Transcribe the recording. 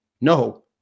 no